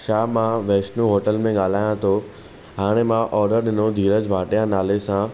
छा मां वेष्नू होटल में ॻाल्हायां थो हाणे मां ऑडर ॾिनो धीरज भाटिया नाले सां